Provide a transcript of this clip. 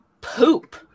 poop